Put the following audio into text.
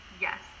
Yes